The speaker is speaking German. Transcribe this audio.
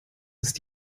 ist